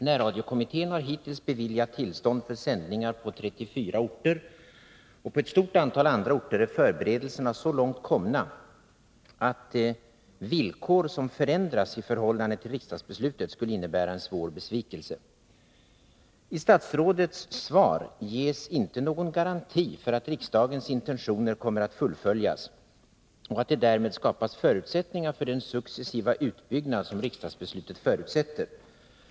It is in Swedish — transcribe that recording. Närradiokommittén har hittills beviljat tillstånd för sändningar på 34 orter, och på ett stort antal andra orter är 57 förberedelserna så långt komna att villkor som förändras i förhållande till riksdagsbeslutet skulle innebära en svår besvikelse. I statsrådets svar ges inte någon garanti för att riksdagens intentioner kommer att fullföljas och att det därmed skapas förutsättningar för den successiva utbyggnad som riksdagsbeslutet förutsätter.